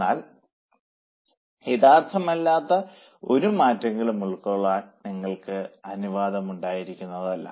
എന്നാൽ യഥാർത്ഥം അല്ലാത്ത ഒരു മാറ്റങ്ങളും ഉണ്ടാകാൻ നിങ്ങൾക്ക് അനുവാദം ഉണ്ടായിരിക്കുന്നതല്ല